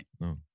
No